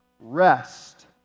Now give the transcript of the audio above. rest